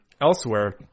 elsewhere